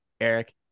eric